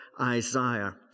Isaiah